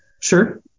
Sure